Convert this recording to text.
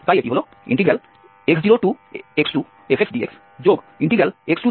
তাই এটি হল x0x2fxdxx2x4fxdxxn 2xnfxdx